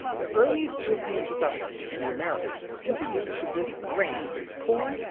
the earliest european settlers to the americas were introduced to this grain, this corn,